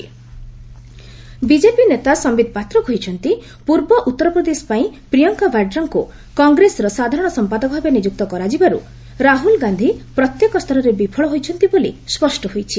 BJP ପାତ୍ର BJP ନେତା ସମ୍ଭିତ ପାତ୍ର କହିଛନ୍ତି ପୂର୍ବ ଉତ୍ତରପ୍ରଦେଶ ପାଇଁ ପ୍ରିୟଙ୍କା ବାଡ୍ରାଙ୍କୁ କଂଗ୍ରେସର ସାଧାରଣ ସମ୍ପାଦକ ଭାବେ ନିଯୁକ୍ତ କରାଯିବାରୁ ରାହୁଲଗାନ୍ଧୀ ପ୍ରତ୍ୟେକ ସ୍ତରରେ ବିଫଳ ହୋଇଛନ୍ତି ବୋଲି ସ୍ୱଷ୍ଟ ହୋଇଛି